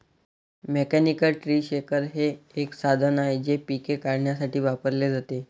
mechanical tree shaker हे एक साधन आहे जे पिके काढण्यासाठी वापरले जाते